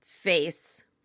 Face